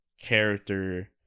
character